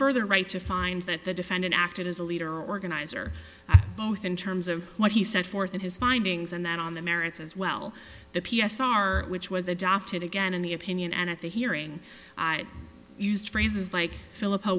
further right to find that the defendant acted as a leader organizer both in terms of what he set forth in his findings and that on the merits as well the p s r which was adopted again in the opinion and at the hearing i used phrases like philip who